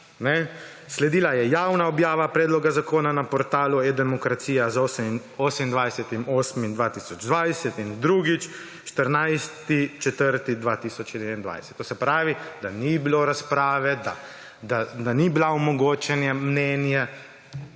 sledila je javna objava predloga zakona na portalu E-demokracija 28. 8. 2020 in drugič 14. 4. 2021. To se pravi, da ni bilo razprave, da ni bilo omogočeno mnenje.